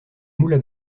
moules